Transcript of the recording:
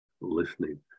listening